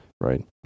Right